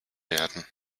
werden